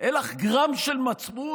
אין לך גרם של מצפון?